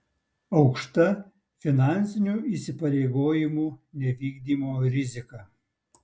aukšta finansinių įsipareigojimų nevykdymo rizika